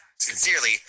Sincerely